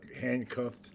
handcuffed